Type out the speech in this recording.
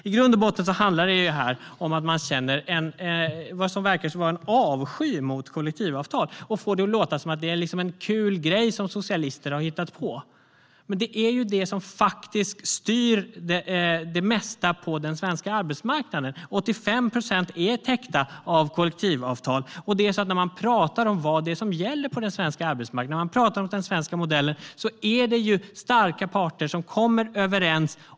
I grund och botten handlar det om att man verkar känna en avsky mot kollektivavtal, och man får det att låta som att det är en kul grej som socialister har hittat på. Men det är faktiskt det som styr det mesta på den svenska arbetsmarknaden - 85 procent är täckta av kollektivavtal. Det som gäller på den svenska arbetsmarknaden och i den svenska modellen är att det är starka parter som kommer överens.